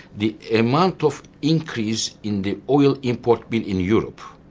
the amount of increase in the oil import bill in europe,